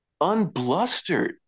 unblustered